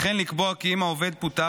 וכן לקבוע כי אם העובד פוטר,